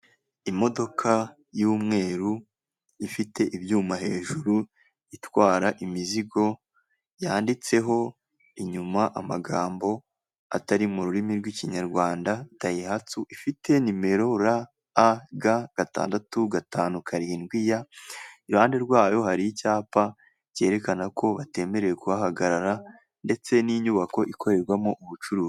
Imodoka y'umweru ifite ibyuma hejuru itwara imizigo, yanditseho inyuma amagambo atari mu rurimi rw'ikinyarwanda dayihatsu ifite nimero RGA gatandatu gatanu karindwi ya iruhande rwayo hari icyapa cyerekana ko batemerewe kuhagarara ndetse n'inyubako ikorerwamo ubucuruzi.